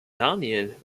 daniel